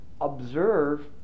observe